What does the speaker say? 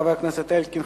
חבר הכנסת אלקין,